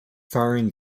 firing